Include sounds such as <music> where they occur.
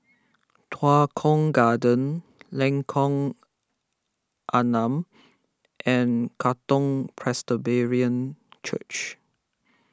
Tua Kong Garden Lengkok Enam and Katong <unintelligible> Church